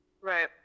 Right